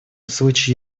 случае